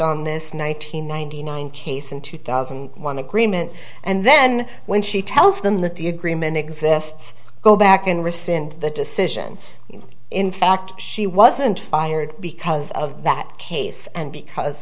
on this nine hundred ninety nine case in two thousand and one agreement and then when she tells them that the agreement exists go back and rescind the decision if in fact she wasn't fired because of that case and because